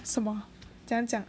什么怎样讲